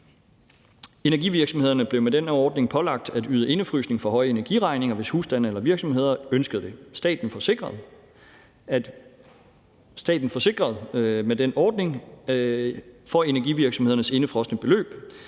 Energivirksomhederne bliver med den her ordning pålagt at yde indefrysning for høje energiregninger, hvis husstande eller virksomheder ønsker det. Staten forsikrer med den ordning for energivirksomhedernes indefrosne beløb,